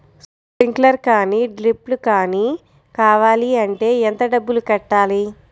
Sprinkler కానీ డ్రిప్లు కాని కావాలి అంటే ఎంత డబ్బులు కట్టాలి?